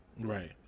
Right